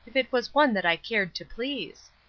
if it was one that i cared to please.